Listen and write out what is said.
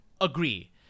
agree